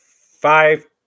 five